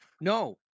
No